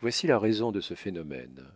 voici la raison de ce phénomène